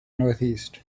northeast